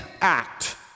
act